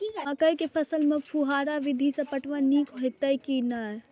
मकई के फसल में फुहारा विधि स पटवन नीक हेतै की नै?